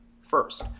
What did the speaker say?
first